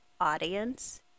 audience